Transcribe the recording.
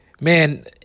Man